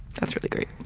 that's really great.